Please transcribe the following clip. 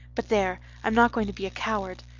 but there! i'm not going to be a coward.